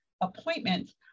appointments